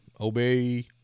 obey